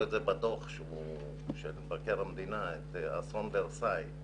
את זה בדוח של מבקר המדינה אסון ורסאי.